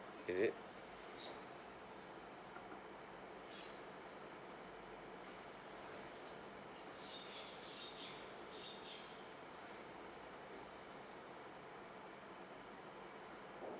is it